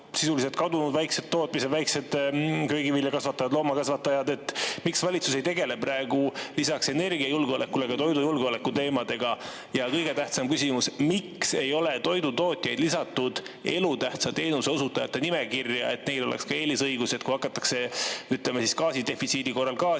on kadunud väikesed tootmised, väikesed köögiviljakasvatused ja loomakasvatused. Miks valitsus ei tegele praegu lisaks energiajulgeolekule ka toidujulgeoleku teemadega? Kõige tähtsam küsimus: miks ei ole toidutootjad lisatud elutähtsa teenuse osutajate nimekirja, et neil oleks ka eelisõigus, kui hakatakse, ütleme, gaasidefitsiidi korral gaasi